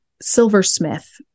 silversmith